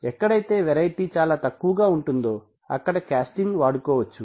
ఎక్కడైతే వెరైటీ చాలా తక్కువగా ఉంటుందో అక్కడ కాస్టింగ్ వాడుకోవచ్చు